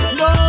no